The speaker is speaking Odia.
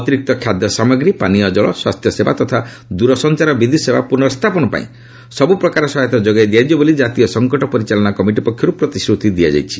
ଅତିରିକ୍ତ ଖାଦ୍ୟସାମଗ୍ରୀ ପାନୀୟଜଳ ସ୍ୱାସ୍ଥ୍ୟସେବା ତଥା ଦ୍ୱରସଞ୍ଚାର ଓ ବିଦ୍ୟତ୍ସେବା ପ୍ରନର୍ସ୍ରାପନ ପାଇଁ ସବ୍ ପ୍ରକାର ସହାୟତା ଯୋଗାଇ ଦିଆଯିବ ବୋଲି କାତୀୟ ସଙ୍କଟ ପରିଚାଳନା କମିଟି ପକ୍ଷର୍ ପ୍ରତିଶ୍ରତି ଦିଆଯାଇଛି